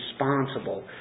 responsible